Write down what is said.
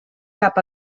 cap